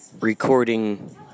recording